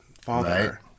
father